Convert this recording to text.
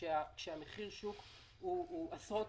כאשר מחיר השוק הוא עשרות